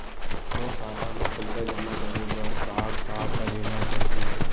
मोर खाता म पईसा जमा करे बर का का करे ल पड़हि?